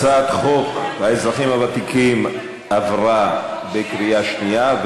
הצעת חוק האזרחים הוותיקים עברה בקריאה שנייה.